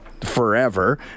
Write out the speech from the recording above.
forever